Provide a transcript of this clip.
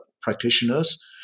practitioners